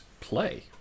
play